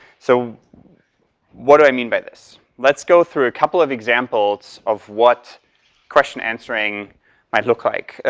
so what do i mean by this? let's go through a couple of examples of what question answering might look like.